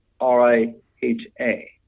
R-I-H-A